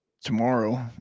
tomorrow